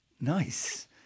nice